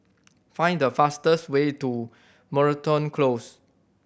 find the fastest way to Moreton Close